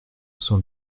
sans